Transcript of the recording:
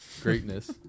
greatness